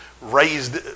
raised